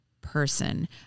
person